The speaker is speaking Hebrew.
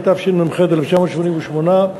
התשמ"ח 1988,